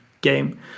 game